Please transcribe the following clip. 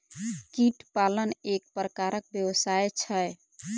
कीट पालन एक प्रकारक व्यवसाय छै